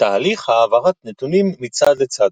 תהליך העברת נתונים מצד לצד